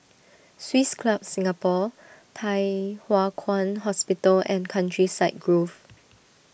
Swiss Club Singapore Thye Hua Kwan Hospital and Countryside Grove